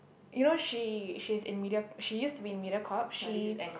you know she she's in media she used to be in Mediacorp she